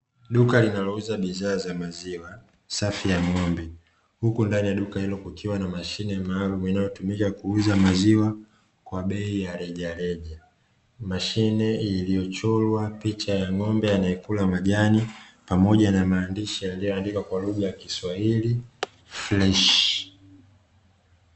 Duka linalouza bidhaa za maziwa safi ya ng’ombe, huku ndani ya duka hilo kukiwa na mashine maalamu inayotumika kuuza maziwa kwa bei ya rejareja, mashine iliyochorwa picha ya ng’ombe anayekula majani, pamoja na maandishi yaliyoandikwa kwa lugha ya kiswahili freshi.